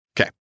Okay